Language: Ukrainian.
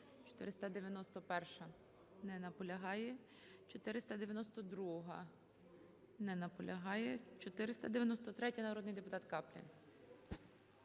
491-а. Не наполягає. 492-а. Не наполягає. 493-я, народний депутат Каплін.